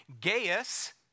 Gaius